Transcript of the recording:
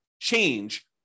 change